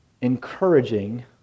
encouraging